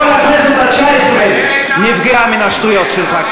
כל הכנסת התשע-עשרה, נפגעה מן השטויות שלך.